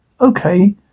okay